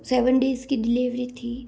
और seven days की delivery थी